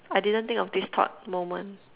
I didn't think of this thought moment